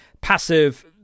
passive